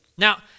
Now